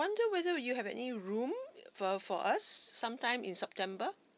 wonder whether you have any room for for us sometime in september